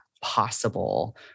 possible